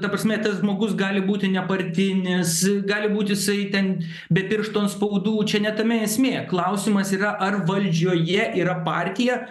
ta prasme tas zmogus gali būti nepartinis gali būti jisai ten be pirštų atspaudų čia ne tame esmė klausimas yra ar valdžioje yra partija